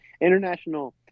International